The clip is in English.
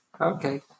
Okay